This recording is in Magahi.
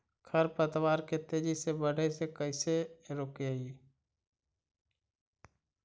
खर पतवार के तेजी से बढ़े से कैसे रोकिअइ?